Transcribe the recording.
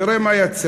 תראה מה יצא,